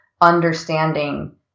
understanding